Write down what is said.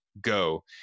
go